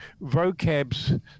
vocabs